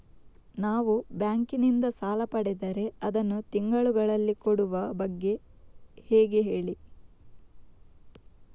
ನಾವು ಬ್ಯಾಂಕ್ ನಿಂದ ಸಾಲ ಪಡೆದರೆ ಅದನ್ನು ತಿಂಗಳುಗಳಲ್ಲಿ ಕೊಡುವ ಬಗ್ಗೆ ಹೇಗೆ ಹೇಳಿ